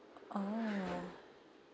oh